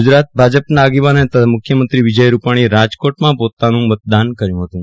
ગુજરાત ભાજપમાં આગેવાન તથા મુખ્યમંત્રી વિજય રૂપાણીએ રાજકોટમાં પોતાનું મતદાન કર્યું હતું